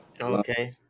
Okay